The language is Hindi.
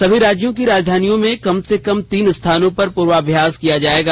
सभी राज्यों की राजधानियों में कम से कम तीन स्थानों पर पूर्वाभ्यास किया जाएगा